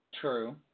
true